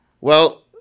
Well-